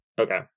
Okay